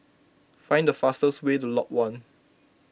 find the fastest way to Lot one